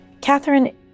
Catherine